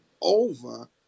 over